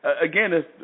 again